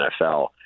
NFL